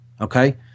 Okay